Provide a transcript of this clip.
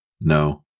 No